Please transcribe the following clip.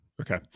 Okay